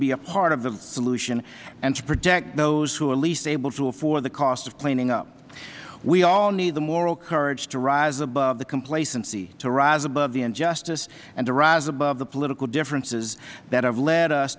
be a part of the solution and to protect those who are least able to afford the cost of cleaning up we all need the moral courage to rise above the complacency to rise above the injustice and to rise above the political differences that have led us